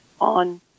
on